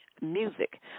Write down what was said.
music